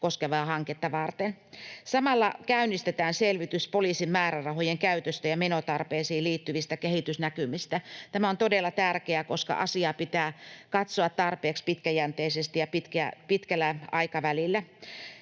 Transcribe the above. koskevaa hanketta varten. Samalla käynnistetään selvitys poliisin määrärahojen käytöstä ja menotarpeisiin liittyvistä kehitysnäkymistä. Tämä on todella tärkeää, koska asiaa pitää katsoa tarpeeksi pitkäjänteisesti ja pitkällä aikavälillä.